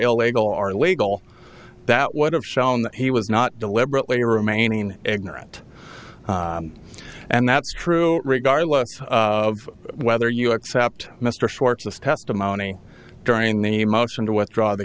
illegal or legal that would have shown that he was not deliberately remaining ignorant and that's true regardless of whether you accept mr schwartz this testimony during the motion to withdraw th